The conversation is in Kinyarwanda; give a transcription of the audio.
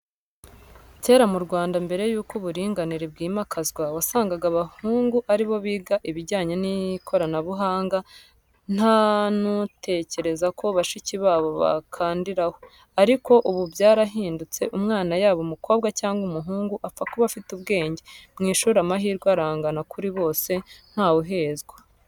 Kera mu Rwanda mbere y'uko uburinganire bwimakazwa, wasangaga abahungu aribo biga ibijyanye n'ikoranabuhanga nta n'utekereza ko bashiki babo bakandiraho, ariko ubu byarahindutse umwana yaba umukobwa cyangwa umuhungu apfa kuba afite ubwenge, mu ishuri amahirwe arangana kuri bose, ntawe uhezwa.